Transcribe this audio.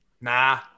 nah